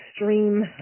extreme